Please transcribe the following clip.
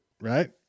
right